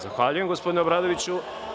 Zahvaljujem, gospodine Obradoviću.